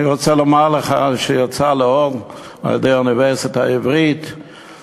אני רוצה לומר לך שיצא לאור על-ידי האוניברסיטה בתל-אביב,